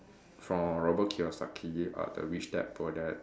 from Robert Kiyosaki uh the rich dad poor dad